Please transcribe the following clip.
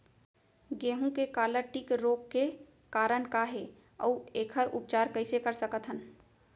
गेहूँ के काला टिक रोग के कारण का हे अऊ एखर उपचार कइसे कर सकत हन?